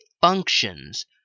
functions